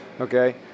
Okay